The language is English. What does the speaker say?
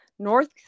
North